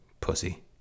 Pussy